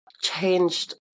changed